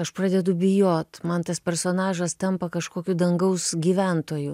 aš pradedu bijot man tas personažas tampa kažkokiu dangaus gyventoju